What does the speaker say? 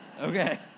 Okay